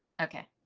okay,